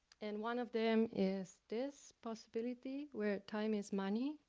and one of them is this possibility where time is money,